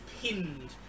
pinned